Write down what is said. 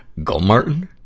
gulmartin?